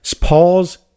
pause